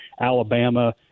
Alabama